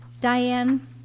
Diane